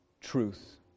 truth